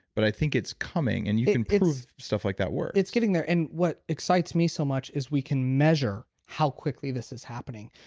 but i think it's coming and you can prove stuff like that works it's getting there and what excites me so much is we can measure how quickly this is happening.